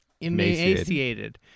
Emaciated